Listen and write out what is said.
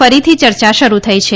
ફરીથી ચર્ચા શરૂ થઇ છે